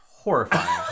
horrifying